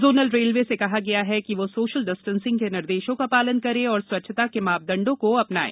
zonal railway से कहा गया है कि वो सोशल डिस्टेंसिंग के निर्देशों का पालन करें और स्वच्छता के मानदंडों को अपनाएं